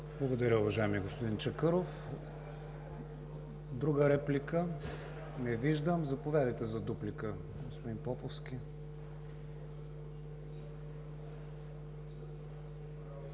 Благодаря, уважаеми господин Чакъров. Друга реплика? Не виждам. Заповядайте за дуплика, господин Поповски.